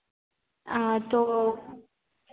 हाँ तो